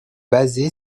basé